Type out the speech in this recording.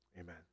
amen